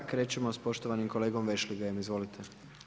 Krećemo s poštovanim kolegom Vešligajem, izvolite.